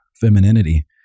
femininity